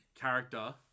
character